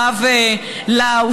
הרב לאו,